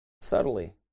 Subtly